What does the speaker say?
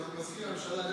אבל זה מזכירות הממשלה,